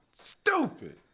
Stupid